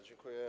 Dziękuję.